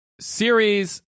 series